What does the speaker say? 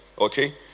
Okay